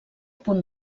punt